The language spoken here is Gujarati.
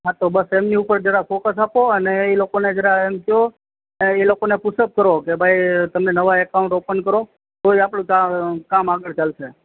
હ તો બસ જરા એમની ઉપર ફોકસ આપો અને એ લોકોને જરા જુવો એ લોકોને પૂછો થોડું ભાઈ તમે નવા એકાઉન્ટ ઓપન કરો તો જ અપણું કામ આગળ ચાલશે